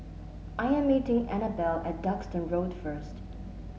I am meeting Anabelle at Duxton Road first